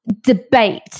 debate